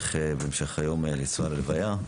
ובהמשך היום נצטרך לנסוע ללוויה.